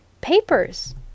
Papers